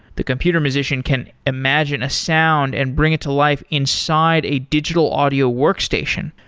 the computer musician can imagine a sound and bring it to life inside a digital audio workstation,